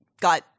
got